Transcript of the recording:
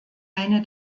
eine